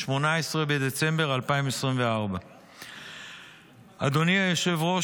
18 בדצמבר 2024. אדוני היושב-ראש,